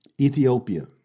Ethiopia